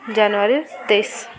ଜାନୁଆରୀ ତେଇଶି